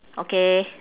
okay